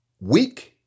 weak